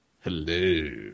Hello